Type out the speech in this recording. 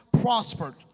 prospered